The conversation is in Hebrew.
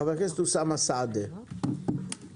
חבר הכנסת אוסאמה סעדי, בבקשה.